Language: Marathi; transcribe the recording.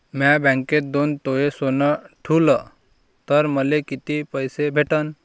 म्या बँकेत दोन तोळे सोनं ठुलं तर मले किती पैसे भेटन